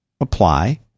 apply